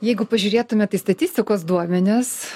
jeigu pažiūrėtumėt į statistikos duomenis